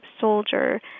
soldier